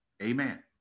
Amen